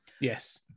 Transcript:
Yes